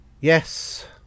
yes